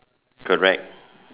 correct